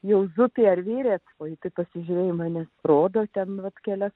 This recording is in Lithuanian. juozu pervėrė o jis pasižiūrėjo į mane rodo ten atkeliavo